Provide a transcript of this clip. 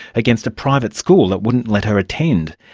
against a private school that wouldn't let her attend,